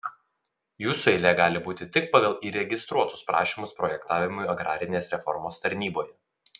jūsų eilė gali būti tik pagal įregistruotus prašymus projektavimui agrarinės reformos tarnyboje